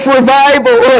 Revival